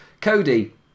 Cody